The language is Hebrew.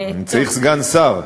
אני צריך סגן שר.